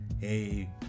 hey